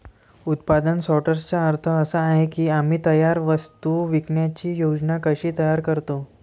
उत्पादन सॉर्टर्सचा अर्थ असा आहे की आम्ही तयार वस्तू विकण्याची योजना कशी तयार करतो